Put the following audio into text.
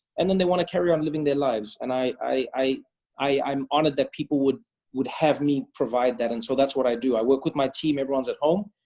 and then they want to carry on living their lives. and i i i'm honored that people would would have me provide that. and so that's what i do. i work with my team. everyone's at home.